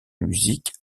musique